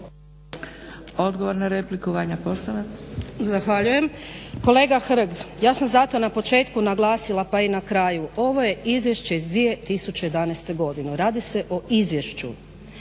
**Posavac, Vanja (SDP)** Zahvaljujem. Kolega Hrg, ja sam zato na početku naglasila pa i na kraju, ovo je izvješće iz 2011. godine. Radi se o izvješću,